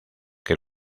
que